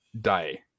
die